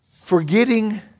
forgetting